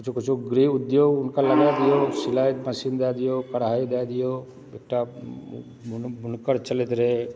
किछो किछो गृह उद्योग चलबै दियो सिलाइ मशीन दए दियौ पढ़ाइ दय दियौ एकटा बुनकर चलैत रहै